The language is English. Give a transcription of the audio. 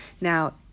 Now